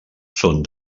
són